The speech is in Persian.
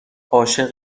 عاشق